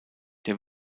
der